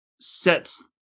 sets